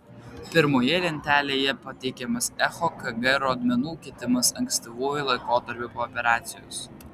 pirmoje lentelėje pateikiamas echokg rodmenų kitimas ankstyvuoju laikotarpiu po operacijos